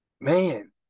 man